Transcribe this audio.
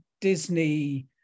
Disney